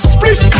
Split